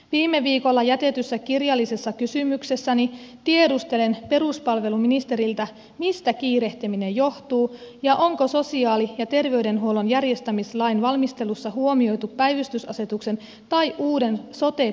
viime viikolla jätetyssä kirjallisessa kysymyksessäni tiedustelen peruspalveluministeriltä mistä kiirehtiminen johtuu ja onko sosiaali ja terveydenhuollon järjestämislain valmistelussa huomioitu päivystysasetuksen tai uuden sote budjettikehysjärjestelmän vaikutukset